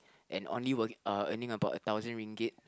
and only wo~ uh earning about a thousand ringgit